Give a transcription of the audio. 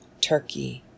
Turkey